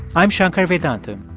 i'm shankar vedantam,